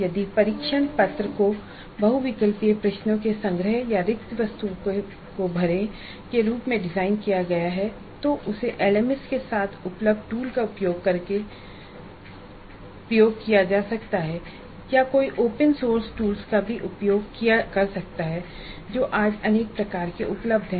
यदि परीक्षण पत्र को बहुविकल्पीय प्रश्नों के संग्रह या रिक्त वस्तुओं को भरें के रूप में डिज़ाइन किया गया है तो उसे एलएमएस के साथ उपलब्ध टूल का उपयोग करके प्रयोग किया जा सकता है या कोई ओपन सोर्स टूल्स का भी उपयोग कर सकता है जो आज अनेक प्रकार के उपलब्ध हैं